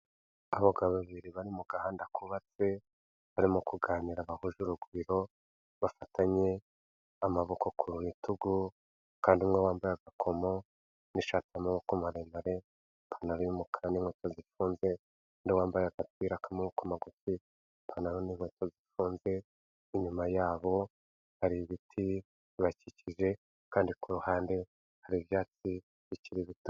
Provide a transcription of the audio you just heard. Abagabo babiri bari mu gahanda kubatse, barimo kuganira bahuje urugwiro, bafatanye amaboko ku bitugu, kandi umwe wambaye agakomo n'ishati y'amoboko maremare ipantaro y'umukara n'inkweto zifunze n'uwambaye agapira k'amaboko magufi n'ipantaro n'inkweto zifunze, inyuma yabo hari ibiti bibakikije kandi ku ruhande hari ibyatsi bikiri bito.